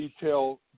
detail